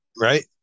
Right